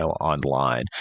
online